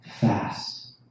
fast